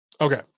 Okay